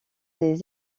des